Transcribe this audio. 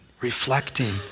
reflecting